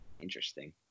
Interesting